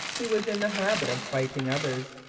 he was in the habit of biting others,